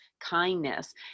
kindness